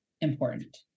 important